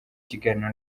kiganiro